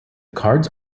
cards